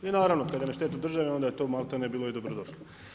I naravno kad je na štetu države onda je to malti ne bilo i dobrodošlo.